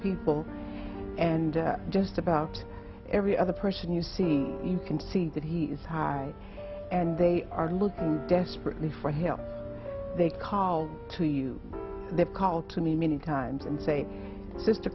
people and just about every other person you see you can see that he is high and they are looking desperately for help they call to you they call to me many times and say sister